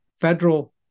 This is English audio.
federal